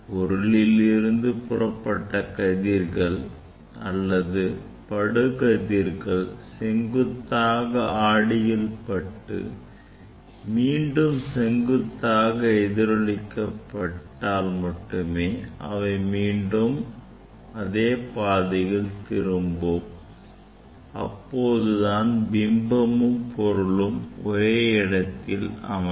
பொருளில் இருந்து புறப்பட்ட கதிர்கள் அல்லது படு கதிர்கள் செங்குத்தாக ஆடியில் பட்டு மீண்டும் செங்குத்தாக எதிரொளிக்கப்பட்டால் மட்டுமே அவை மீண்டும் அதே பாதையில் திரும்பும் அப்போதுதான் பிம்பமும் பொருளும் ஒரே இடத்தில் அமையும்